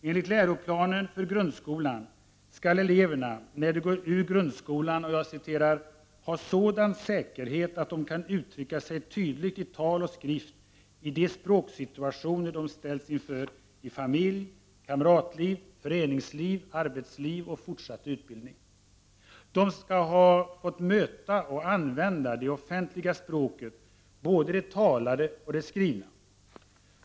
Enligt läroplanen för grundskolan skall eleverna, när de går ur grundskolan ”ha sådan säkerhet att de kan uttrycka sig tydligt i tal och skrift i de språksituationer de ställs inför i familj, kamratliv, föreningsliv, arbetsliv och fortsatt utbildning. De skall ha fått möta och använda det offentliga språket, både det talade och det skrivna.